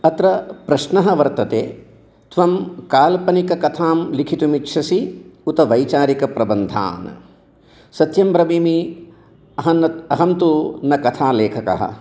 अत्र प्रश्नः वर्तते त्वं काल्पनिककथां लिखितुम् इच्छसि उत वैचारिक प्रबन्धान् सत्यं ब्रबीमि अहम् अहं तु न कथालेखकः